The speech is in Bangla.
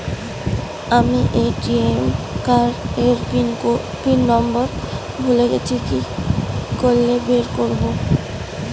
আমি এ.টি.এম কার্ড এর পিন নম্বর ভুলে গেছি কি করে বের করব?